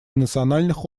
национальных